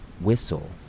whistle